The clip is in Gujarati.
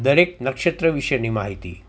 દરેક નક્ષત્ર વિષેની માહિતી